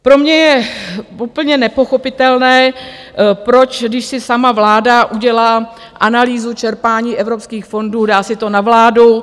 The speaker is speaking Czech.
Pro mě je úplně nepochopitelné, proč, když si sama vláda udělá analýzu čerpání evropských fondů, dá si to na vládu.